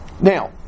Now